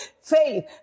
Faith